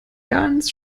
ganz